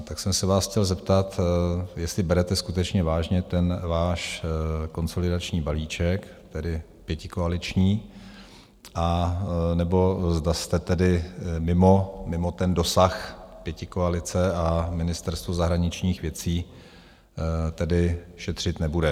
Tak jsem se vás chtěl zeptat, jestli berete skutečně vážně ten váš konsolidační balíček, tedy pětikoaliční, anebo zda jste mimo dosah pětikoalice a Ministerstvo zahraničních věcí tedy šetřit nebude.